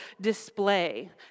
display